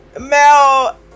mel